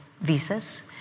visas